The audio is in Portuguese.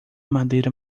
madeira